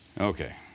Okay